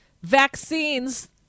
vaccines